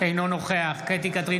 אינו נוכח קטי קטרין